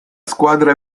squadra